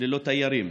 ללא תיירים.